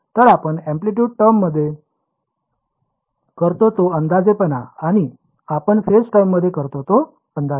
तर आपण अँप्लिटयूड टर्ममध्ये करतो तो अंदाजेपणा आणि आपण फेज टर्ममध्ये करतो तो अंदाजेपणा